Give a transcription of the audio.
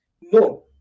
No